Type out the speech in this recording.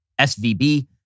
SVB